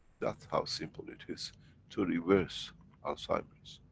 that's how simple it is to reverse alzheimer's.